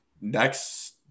next